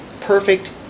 perfect